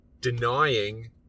denying